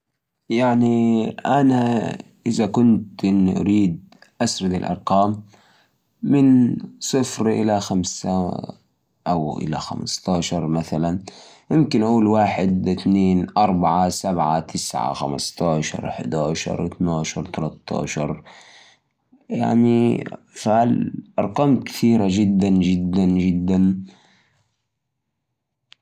أرقام عشوائية من صفر لخمستاش ,ثلاثة, ثمانية ,واحد, خمستاش ,سبعة, إثناش, خمسة ,صفر, عشرة, أربعة ,أربعتاش, ستاش, حداش, تسعة ,اثنين, ثلاثاش.